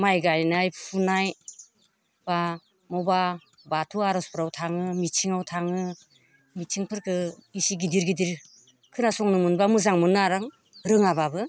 माइ गायनाय फुनाय एबा अबेबा बाथौ आरजफोराव थाङो मिथिङाव थाङो मिथिंफोरखो बिसि गिदिर गिदिर खोनासंनो मोनब्ला मोजां मोनो आरो आं रोङाब्लाबो